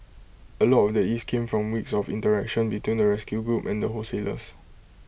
A lot of the ease came from weeks of interaction between the rescue group and the wholesalers